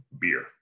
beer